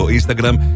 Instagram